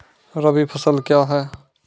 रबी फसल क्या हैं?